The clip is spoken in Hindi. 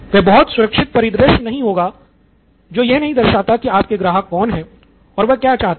वह बहुत सुरक्षित परिदृश्य नहीं होगा जो यह नहीं दर्शाता है कि आपके ग्राहक कौन है और वो क्या चाहते है